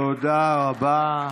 תודה רבה.